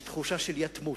יש תחושה של יתמות,